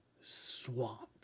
swamp